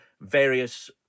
Various